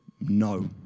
no